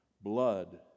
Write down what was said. Blood